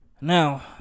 Now